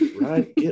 right